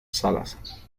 salas